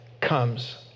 comes